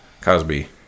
cosby